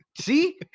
see